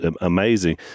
amazing